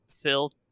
Phil